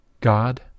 God